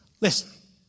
listen